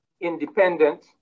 independent